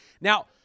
Now